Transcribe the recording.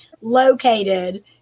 located